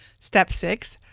step six,